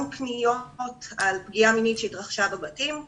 פניות על פגיעה מינית שהתרחשה בבתים,